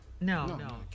No